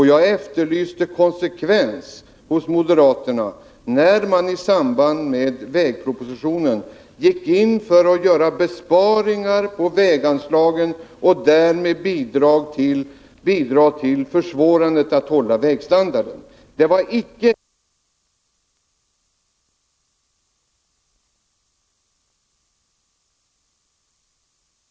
Jag efterlyste konsekvensen hos moderaterna när de i samband med vägpropositionen gick in för att göra besparingar på väganslagen och därmed bidrog till att försvåra upprätthållandet av vägstandarden. Detta var icke ägnat att vara till nytta för trafiksäkerheten, Wiggo Komstedt. Ni är inkonsekventa.